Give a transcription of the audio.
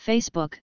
Facebook